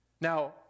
Now